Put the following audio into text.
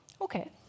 Okay